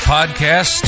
Podcast